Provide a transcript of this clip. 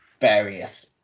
various